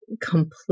complete